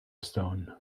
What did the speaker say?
stone